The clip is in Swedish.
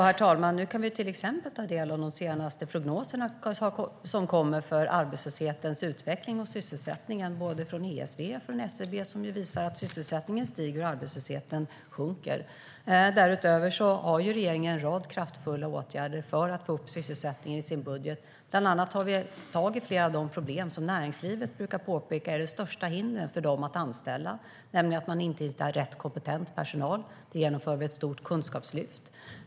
Herr talman! Nu kan vi till exempel ta del av de senaste prognoserna för arbetslöshetens utveckling och sysselsättningen både från ESV och från SCB, som visar att sysselsättningen stiger och arbetslösheten sjunker. Därutöver har regeringen en rad kraftfulla åtgärder i budgeten för att få upp sysselsättningen. Bland annat tar vi tag i flera av de problem som näringslivet brukar påpeka är de största hindren för att anställa. Det handlar om att man inte hittar personal med rätt kompetens. Där genomför vi ett stort kunskapslyft.